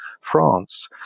France